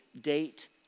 date